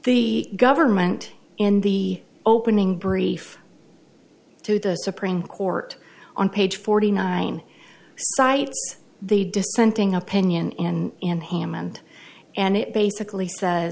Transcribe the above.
the government in the opening brief to the supreme court on page forty nine cites the dissenting opinion and hammond and it basically sa